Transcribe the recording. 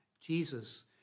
Jesus